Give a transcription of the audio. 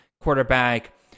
quarterback